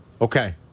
Okay